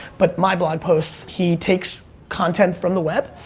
but my blog posts, he takes content from the web,